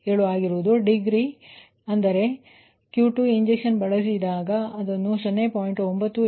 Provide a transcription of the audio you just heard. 807 ಆಗಿರುತ್ತದೆ ಡಿಗ್ರಿ ಅಂದರೆ Q2 injection ಬಳಸಿ ಇದನ್ನು ನಾವು 0